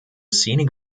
scenic